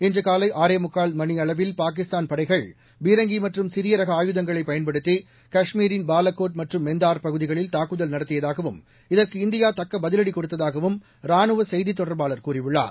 இன்று காலை ஆறே முக்கால் மணியளவில் பாகிஸ்தான் படைகள் பீரங்கி மற்றும் சிறிய ரக ஆயுதங்களைப் பயன்படுத்தி காஷ்மீரின் பாலகோட் மற்றும் மெந்தார் பகுதிகளில் தாக்குதல் நடத்தியதாகவும் இதற்கு இந்தியா தக்க பதிலடி கொடுத்ததாகவும் ராணுவ செய்தித் தொடர்பாளர் கூறியுள்ளார்